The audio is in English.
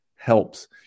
Helps